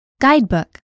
Guidebook